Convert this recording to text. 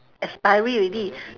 expiry already